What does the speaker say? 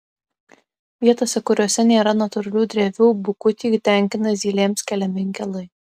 vietose kuriose nėra natūralių drevių bukutį tenkina zylėms keliami inkilai